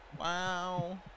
Wow